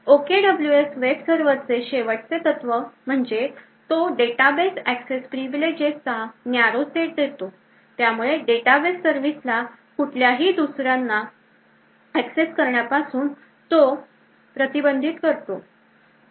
OKWS web server चे शेवटचे तत्व म्हणजे तो डेटाबेस एक्सेस प्रिव्हिलेजेस चा न्यारो सेट देतो त्यामुळे डेटाबेस सर्विस ला कुठल्याही दुसऱ्यांना एक्सेस करण्यापासून तो प्रतिबंधित करतो